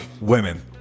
Women